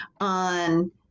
on